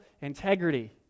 integrity